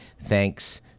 thanks